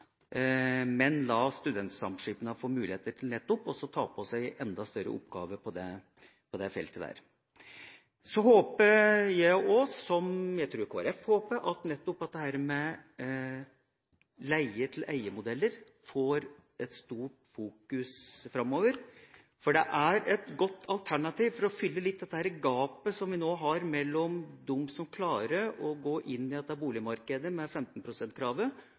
men la studentsamskipnadene få muligheter nettopp til å ta på seg enda større oppgaver på dette feltet. Så håper jeg også – som jeg tror Kristelig Folkeparti håper – at dette med leie-til-eie-modeller blir fokusert mye på framover, for det er et godt alternativ for å fylle gapet som vi nå har mellom dem som klarer å gå inn i boligmarkedet med